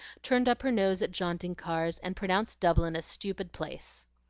turned up her nose at jaunting-cars, and pronounced dublin a stupid place.